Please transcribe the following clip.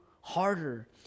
harder